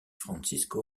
francisco